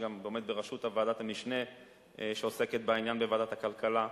שגם עומד בראשות ועדת המשנה שעוסקת בעניין בוועדת הכלכלה,